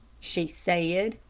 she said.